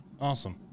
Awesome